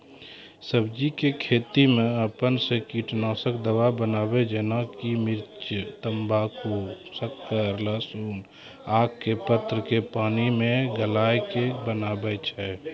सब्जी के खेती मे अपन से कीटनासक दवा बनाबे जेना कि मिर्च तम्बाकू शक्कर लहसुन आक के पत्र के पानी मे गलाय के बनाबै छै?